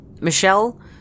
Michelle